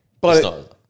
But-